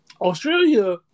Australia